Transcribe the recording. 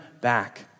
back